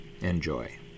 Enjoy